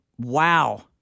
Wow